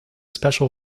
special